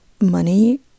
money